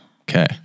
Okay